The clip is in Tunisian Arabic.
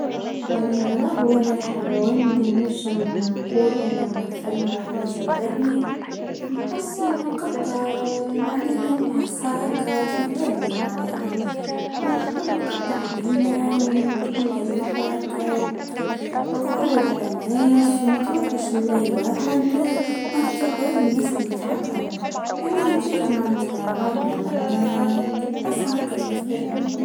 اه هراه هو الحيوان اللي نجم نقول أنو يمثلنى ولا يشبهني نحس أنه القطة معناه نحسها هكا تمثلنى معناها خطر القطة حنينة وتكون أليفة هكا وتتعود على الناس وما تروحش لأى واحد ما تروح غير للناس اللي تحبهم لأنها هككا مانتا عاملة نحسها هاكا تمثلنى.